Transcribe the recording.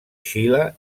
xile